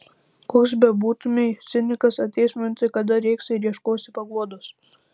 koks bebūtumei cinikas ateis minutė kada rėksi ir ieškosi paguodos